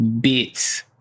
bits